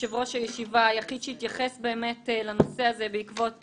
יושב-ראש הישיבה היחיד שהתייחס באמת לנושא הזה בעקבות